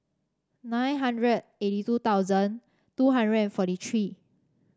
nine hundred eighty two thousand two hundred and forty three